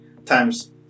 Times